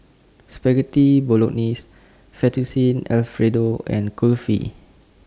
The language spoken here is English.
Spaghetti Bolognese Fettuccine Alfredo and Kulfi